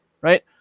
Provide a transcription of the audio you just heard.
right